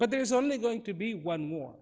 but there's only going to be one more